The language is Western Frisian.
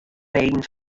reden